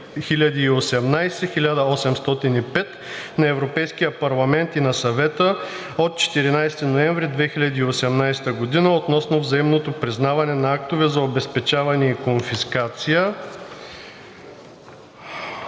2018/1805 на Европейския парламент и на Съвета от 14 ноември 2018 г. относно взаимното признаване на актове за обезпечаване и конфискация